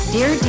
Dear